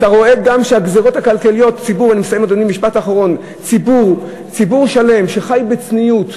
אתה רואה גם שהגזירות, ציבור שלם שחי בצניעות,